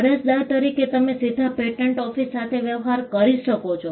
અરજદાર તરીકે તમે સીધા પેટન્ટ ઓફિસ સાથે વ્યવહાર કરી શકો છો